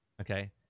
okay